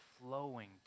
flowing